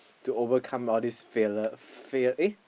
to overcome all this failure fail eh